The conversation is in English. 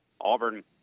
Auburn